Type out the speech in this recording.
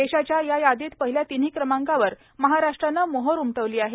देशाच्या या यादीत पहिल्या तिन्ही क्रमांकावर महाराष्ट्रानं मोहोर उमटवली आहे